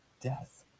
death